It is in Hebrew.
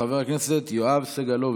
חבר הכנסת יואב סגלוביץ'